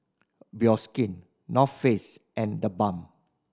Bioskin North Face and TheBalm